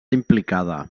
implicada